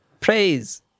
praise